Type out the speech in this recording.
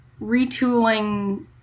retooling